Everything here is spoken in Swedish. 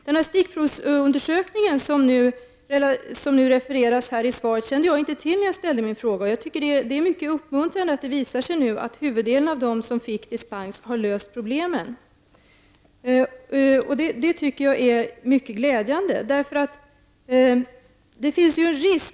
När jag ställde min fråga kände jag inte till den stickprovsundersökning som refereras i svaret. Det är mycket uppmuntrande att det nu visat sig att huvuddelen av dem som fått dispens har löst problemen. Detta är mycket glädjande.